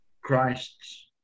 Christ's